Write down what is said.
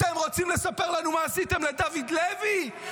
אתם רוצים לספר לנו מה עשיתם לדוד לוי?